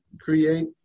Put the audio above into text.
create